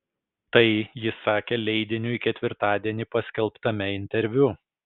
tai jis sakė leidiniui ketvirtadienį paskelbtame interviu